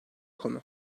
konu